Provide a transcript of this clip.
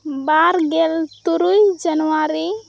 ᱵᱟᱨ ᱜᱮᱞ ᱛᱩᱨᱩᱭ ᱡᱟᱱᱩᱣᱟᱨᱤ